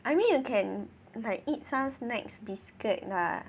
I mean you can like eat some snacks biscuits lah